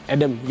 Adam